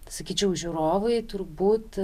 sakyčiau žiūrovai turbūt